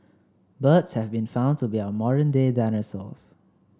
birds have been found to be our modern day dinosaurs